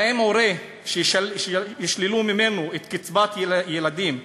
האם הורה שישללו ממנו קצבת ילדים,